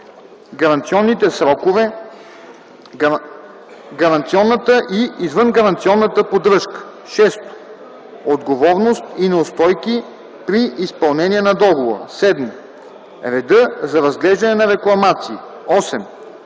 гаранционната и извънгаранционната поддръжка; 6. отговорности и неустойки при изпълнение на договора; 7. реда за разглеждане на рекламации; 8.